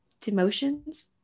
demotions